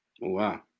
Wow